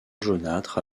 jaunâtre